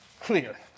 Clear